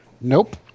Nope